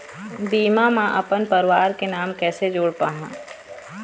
बीमा म अपन परवार के नाम कैसे जोड़ पाहां?